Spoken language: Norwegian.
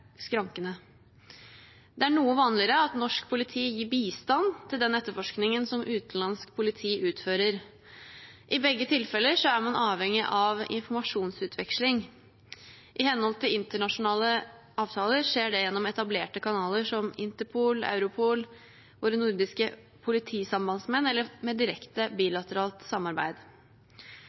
skrankene. Det er noe vanligere at norsk politi gir bistand til den etterforskningen som utenlandsk politi utfører. I begge tilfeller er man avhengig av informasjonsutveksling. I henhold til internasjonale avtaler skjer det gjennom etablerte kanaler som Interpol, Europol, våre nordiske politisambandsmenn eller med direkte bilateralt samarbeid.